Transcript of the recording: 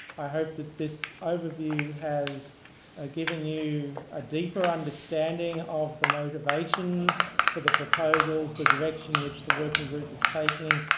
i hope that this overview has given you a deeper understanding of the motivations for the proposals, the direction which the working group is taking,